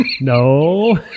no